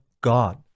god